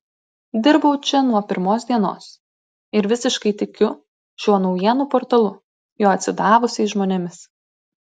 dirbau čia nuo pirmos dienos ir visiškai tikiu šiuo naujienų portalu jo atsidavusiais žmonėmis